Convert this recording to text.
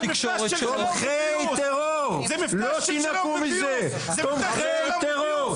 זה -- תומכי טרור, תראה מי בא לדיון, תומכי טרור,